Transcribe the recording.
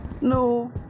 No